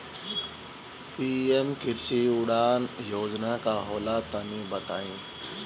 PM कृषि उड़ान योजना का होला तनि बताई?